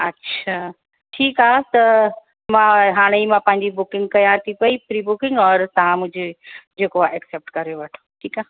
अच्छा ठीकु आहे त मां हाणे ई मां पंहिंजी बुकिंग कयां थी पयी प्री बुकिंग और तव्हां मुंहिंजे जेको आहे एक्सेप्ट करे वठो ठीकु आहे